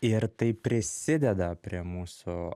ir tai prisideda prie mūsų